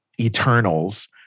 Eternals